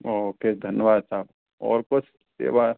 okay धन्यवाद साहब और कुछ सेवा